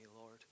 Lord